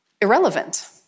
irrelevant